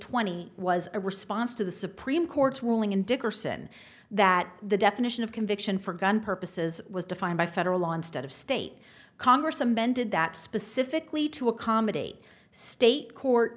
twenty was a response to the supreme court's ruling in dickerson that the definition of conviction for gun purposes was defined by federal law instead of state congress amended that specifically to accommodate state court